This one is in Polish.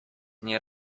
nie